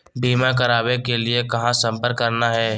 बीमा करावे के लिए कहा संपर्क करना है?